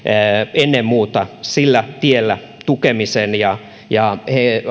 ennen muuta sillä tiellä tukemisen ja ja